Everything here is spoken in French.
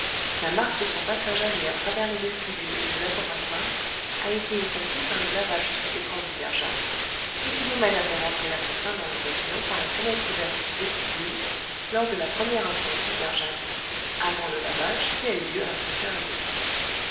la marque de son passage aller à travers le vestibule et le laboratoire a été effacée par le lavage subséquent du père jacques ce qui nous mène à faire entrer l'assassin dans le pavillon par la fenêtre ouverte du vestibule lors de la première absence du père jacques avant le lavage qui a eu lieu à cinq heures et demie